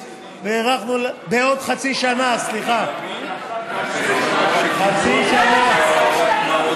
מירב בן ארי (כולנו): פרגנו לך גם.